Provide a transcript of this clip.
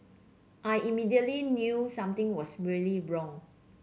I immediately knew something was really wrong